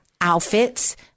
outfits